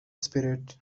spirit